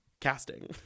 Casting